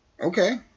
Okay